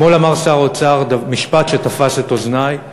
אתמול אמר שר האוצר משפט שתפס את אוזני,